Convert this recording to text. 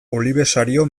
olibesario